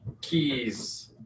Keys